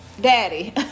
daddy